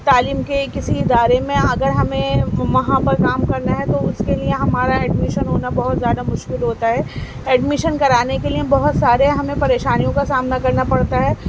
تعلیم کے کسی ادارے میں اگر ہمیں وہاں پر کام کرنا ہے تو اس کے لئے ہمارا ایڈمیشن ہونا بہت زیادہ مشکل ہوتا ہے ایڈمیشن کرانے کے لئے ہم بہت سارے ہمیں پریشانیوں کا سامنا کرنا پڑتا ہے